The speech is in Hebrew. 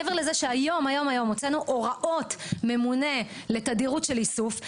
מעבר לזה שהיום הוצאנו הוראות ממונה לתדירות של איסוף,